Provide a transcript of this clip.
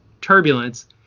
turbulence